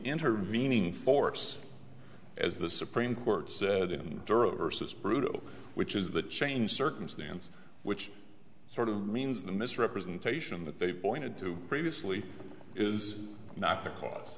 intervening force as the supreme court said in juror says brutal which is the change circumstance which sort of means the misrepresentation that they pointed to previously is not because